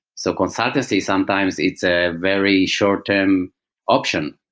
so consultancy sometimes, it's a very short-term option.